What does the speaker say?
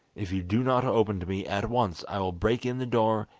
if you do not open to me at once i will break in the door,